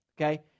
okay